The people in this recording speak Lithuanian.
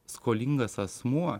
skolingas asmuo